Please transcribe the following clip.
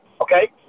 okay